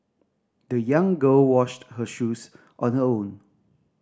the young girl washed her shoes on her own